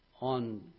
on